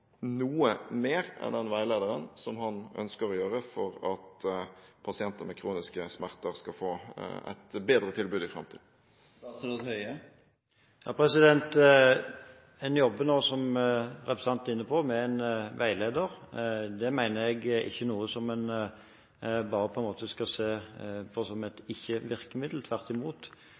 noe mer enn den veilederen som han ønsker å gjøre for at pasienter med kroniske smerter skal få et bedre tilbud i framtiden. Som representanten er inne på, jobber en nå med en veileder, og det mener jeg er noe en ikke bare skal se på som et ikke-virkemiddel. Tvert imot: